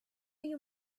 you